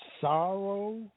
sorrow